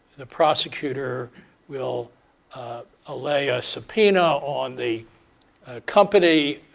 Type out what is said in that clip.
the prosecutor will ah lay a subpoena on the company,